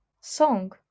song